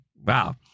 Wow